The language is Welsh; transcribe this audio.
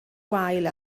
wael